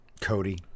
cody